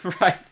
Right